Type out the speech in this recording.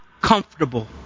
comfortable